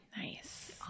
Nice